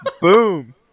Boom